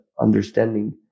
understanding